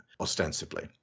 ostensibly